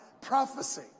prophecy